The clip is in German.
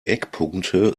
eckpunkte